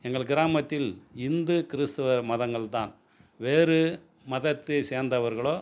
எங்கள் கிராமத்தில் இந்து கிறிஸ்துவ மதங்கள் தான் வேறு மதத்தை சேர்ந்தவர்களோ